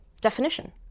definition